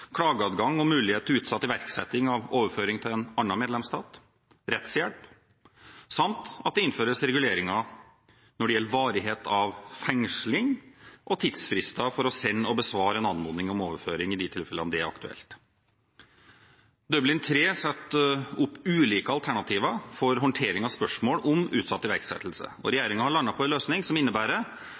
klageadgang og mulighet til utsatt iverksetting av overføring til en annen medlemsstat, rettshjelp samt at det innføres reguleringer når det gjelder varighet av fengsling og tidsfrister for å sende og besvare en anmodning om overføring i de tilfellene det er aktuelt. Dublin III setter opp ulike alternativer for håndtering av spørsmål om utsatt iverksettelse. Regjeringen har landet på en løsning som innebærer